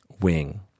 wing